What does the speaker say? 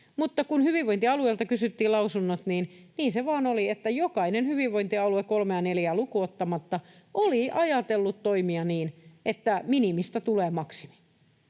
Mutta kun hyvinvointialueilta kysyttiin lausunnot, niin se vain oli, että jokainen hyvinvointialue kolmea neljää lukuun ottamatta oli ajatellut toimia niin, että minimistä tulee maksimi.